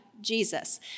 Jesus